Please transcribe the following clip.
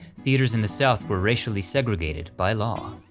theaters in the south were racially segregated, by law.